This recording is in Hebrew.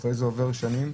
ואחר כך עוברות שנים.